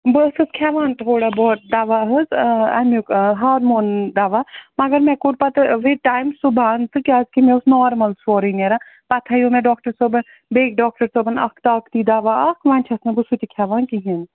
بہٕ ٲسٕس کھٮ۪وان تھوڑا بہت دَوا حظ اَمیُک ہارمون دَوا مگر مےٚ کوٚر پَتہٕ وِد ٹایِم سُہ بنٛد تہٕ کیٛازِکہِ مےٚ اوس نارمَل سورُے نیران پَتہٕ تھٲوِو مےٚ ڈاکٹَر صٲبَن بیٚکۍ ڈاکٹَر صٲبَن اَکھ طاقتی دَوا اَکھ وۄنۍ چھَس نہٕ بہٕ سُہ تہِ کھٮ۪وان کِہیٖنٛۍ